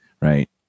right